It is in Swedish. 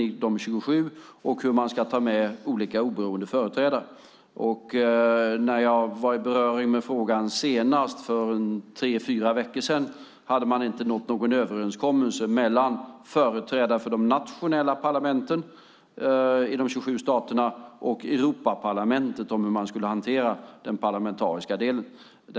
Och det handlar om hur man ska ta med olika oberoende företrädare. När jag var i beröring med frågan senast, för tre fyra veckor sedan, hade man inte nått någon överenskommelse mellan företrädare för de nationella parlamenten i de 27 staterna och Europaparlamentet om hur man skulle hantera den parlamentariska delen.